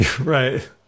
Right